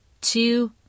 two